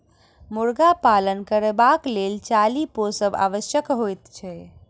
मुर्गा पालन करबाक लेल चाली पोसब आवश्यक होइत छै